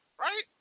Right